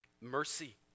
mercy